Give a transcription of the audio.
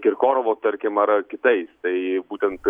kirkorovo tarkim ar ar kitais tai būtent